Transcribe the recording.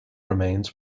remains